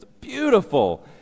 beautiful